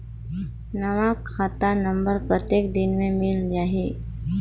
नवा खाता नंबर कतेक दिन मे मिल जाही?